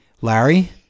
Larry